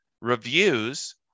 reviews